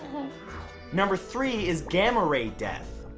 number three is gamma ray death.